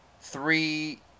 three